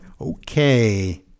okay